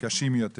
קשים יותר.